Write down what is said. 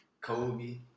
Kobe